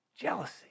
Jealousy